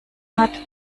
hat